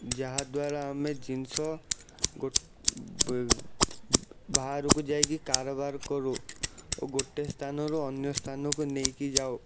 ଯାହା ଦ୍ବାରା ଆମେ ଜିନିଷ ବାହାରକୁ ଯାଇକି କାରବାର କରୁ ଓ ଗୋଟେ ସ୍ଥାନରୁ ଅନ୍ୟ ସ୍ଥାନକୁ ନେଇକି ଯାଉ